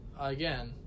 again